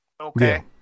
Okay